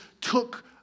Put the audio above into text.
took